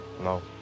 No